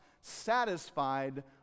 satisfied